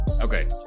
Okay